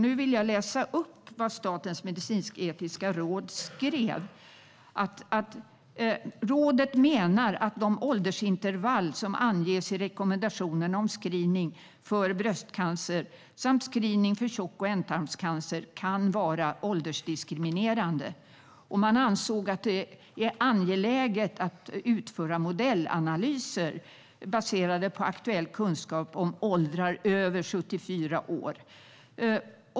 Nu vill jag läsa upp vad Statens medicinsk-etiska råd skrev: "Rådet menar att de åldersintervall som anges i rekommendationerna om screening för bröstcancer samt screening för tjock och ändtarmscancer kan vara åldersdiskriminerande." Det ansåg att det var angeläget att utföra modellanalyser baserade på aktuell kunskap om åldrar över 74 år.